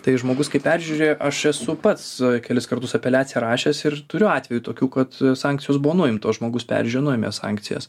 tai žmogus kai peržiūrėja aš esu pats kelis kartus apeliaciją rašęs ir turiu atvejų tokių kad sankcijos buvo nuimtos žmogus peržiūrėjo nuėmė sankcijas